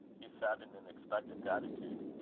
he sat in an expectant attitude.